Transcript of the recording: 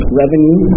revenue